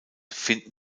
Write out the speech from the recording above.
finden